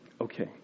Okay